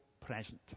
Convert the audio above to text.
present